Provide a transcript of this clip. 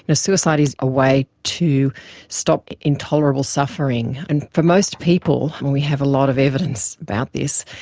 and suicide is a way to stop intolerable suffering, and for most people, and we have a lot of evidence about this,